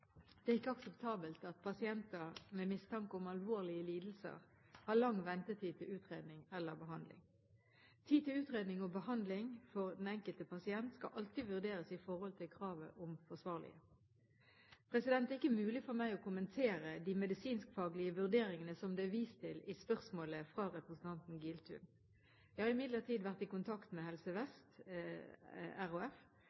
Det er ikke akseptabelt at pasienter med mistanke om alvorlige lidelser har lang ventetid til utredning eller behandling. Tid til utredning og behandling for den enkelte pasient skal alltid vurderes i forhold til kravet om forsvarlighet. Det er ikke mulig for meg å kommentere de medisinskfaglige vurderingene som det er vist til i spørsmålet fra representanten Giltun. Jeg har imidlertid vært i kontakt med Helse